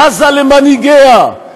בזה למנהיגיה,